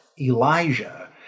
Elijah